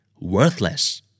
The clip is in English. Worthless